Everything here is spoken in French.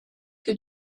que